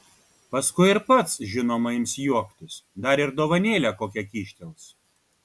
paskui ir pats žinoma ims juoktis dar ir dovanėlę kokią kyštels